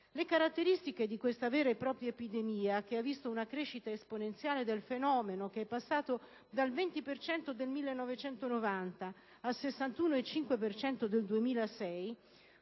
Le caratteristiche di questa vera e propria epidemia, che ha visto una crescita esponenziale del fenomeno (passato dal 20 per cento del 1990 al 61,5 per cento